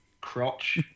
crotch